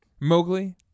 Mowgli